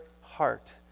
heart